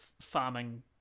farming